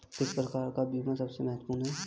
किस प्रकार का बीमा सबसे महत्वपूर्ण है?